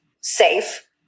safe